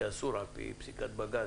כי אסור על פי פסיקת בג"ץ,